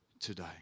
Today